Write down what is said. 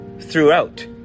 throughout